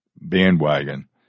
bandwagon